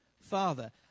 Father